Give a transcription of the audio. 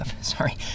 sorry